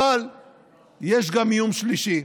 אבל יש גם איום שלישי,